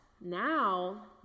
now